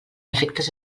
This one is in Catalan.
efectes